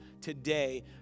today